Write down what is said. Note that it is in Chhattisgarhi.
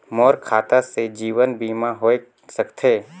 मोर खाता से जीवन बीमा होए सकथे?